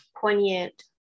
poignant